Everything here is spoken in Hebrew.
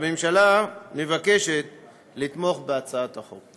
הממשלה מבקשת לתמוך בהצעת החוק.